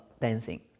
dancing